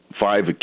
five